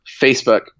Facebook